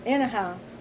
Anyhow